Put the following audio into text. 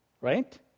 Right